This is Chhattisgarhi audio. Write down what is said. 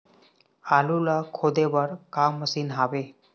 आलू ला खोदे बर का मशीन हावे?